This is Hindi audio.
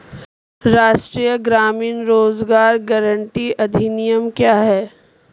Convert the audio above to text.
राष्ट्रीय ग्रामीण रोज़गार गारंटी अधिनियम क्या है?